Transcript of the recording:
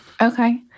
okay